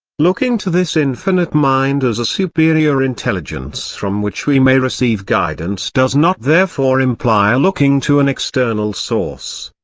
looking to this infinite mind as a superior intelligence from which we may receive guidance does not therefore imply looking to an external source.